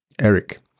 Eric